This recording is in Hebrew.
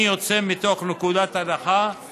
אני יוצא מתוך נקודת הנחה